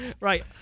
Right